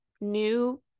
new